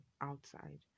outside